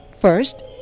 First